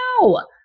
no